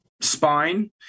spine